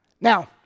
Now